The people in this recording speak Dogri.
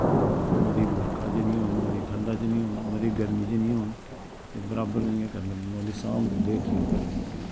मती बर्खा च नी होन मती ठण्डा च नी होन मती गर्मी च नी होन बराबर इयां करना पौंदा साम्भ देख रेख करनी पौंदी